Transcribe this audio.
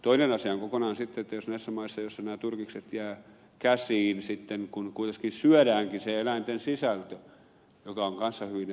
toinen asia on kokonaan sitten se jos näissä maissa nämä turkikset jäävät käsiin kun kuitenkin syödäänkin se eläinten sisältö mikä on kanssa hyvin epäeettistä